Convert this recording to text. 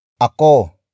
Ako